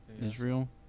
Israel